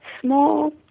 small